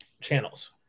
channels